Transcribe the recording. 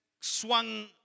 swung